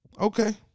Okay